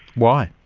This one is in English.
why?